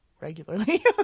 Regularly